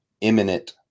imminent